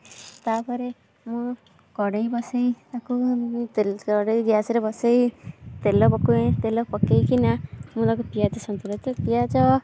ତାପରେ ମୁଁ କଡ଼େଇ ବସାଇ ତାକୁ ତେଲ କଡ଼େଇ ଗ୍ୟାସ୍ ରେ ବସାଇ ତେଲ ପକାଇ ତେଲ ପକାଇକିନା ମୁଁ ତାକୁ ପିଆଜ ପିଆଜ